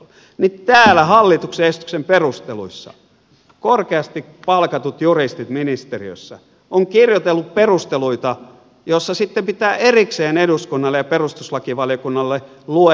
täällä hallituksen esityksen perusteluissa korkeasti palkatut juristit ministeriössä ovat kirjoitelleet perusteluita joissa sitten pitää erikseen eduskunnalle ja perustuslakivaliokunnalle lue